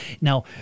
Now